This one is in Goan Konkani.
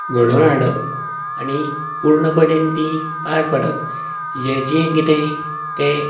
घडोवन हाडप आनी पुर्णपणेन तीं पार पाडप हें जें कितें तें